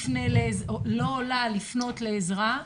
או לה, לפנות לעזרה.